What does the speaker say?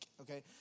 okay